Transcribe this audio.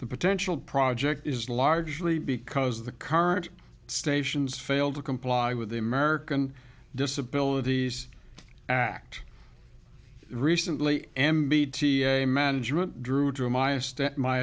the potential project is largely because the current stations failed to comply with the american disabilities act recently m b t a management drew